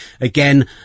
again